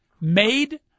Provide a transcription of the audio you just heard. made